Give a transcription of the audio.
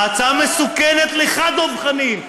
ההצעה מסוכנת לך, דב חנין.